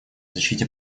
защите